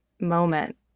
moment